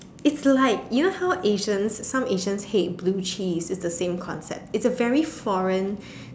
its like you know how Asians some Asians hate blue cheese is the same concept is a very foreign